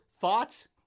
Thoughts